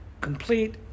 complete